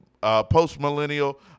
post-millennial